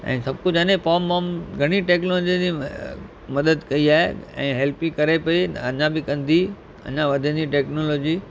ऐं सभु कुझु माने फॉम वॉम घणी टेक्नोलॉजीअ जी मदद कई आहे ऐं हेल्प ई करे पई अञा बि कंदी अञा बि वधंदी टेक्नोलॉजी